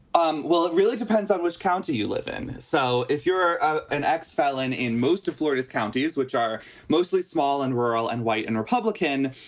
um well, it really depends on which county you live in. so if you're an ex-felon in most of florida's counties, which are mostly small and rural and white and republican,